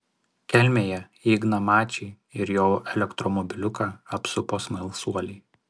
kelmėje igną mačį ir jo elektromobiliuką apsupo smalsuoliai